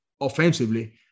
offensively